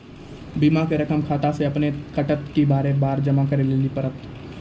बीमा के रकम खाता से अपने कटत कि बार बार जमा करे लेली पड़त?